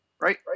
Right